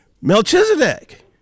Melchizedek